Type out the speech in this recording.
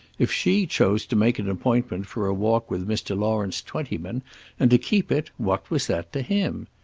if she chose to make an appointment for a walk with mr. lawrence twentyman and to keep it, what was that to him?